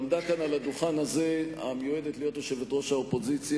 עמדה כאן על הדוכן הזה המיועדת להיות יושבת-ראש האופוזיציה,